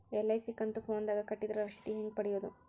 LIC ಕಂತು ಫೋನದಾಗ ಕಟ್ಟಿದ್ರ ರಶೇದಿ ಹೆಂಗ್ ಪಡೆಯೋದು?